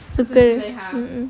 suka mm mm